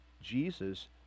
Jesus